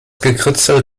gekritzel